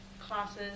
classes